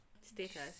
status